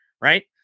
right